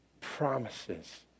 promises